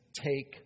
take